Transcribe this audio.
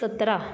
सतरा